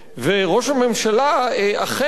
וראש הממשלה אכן,